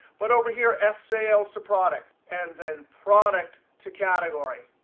but over here, f sales to product, and then product to category.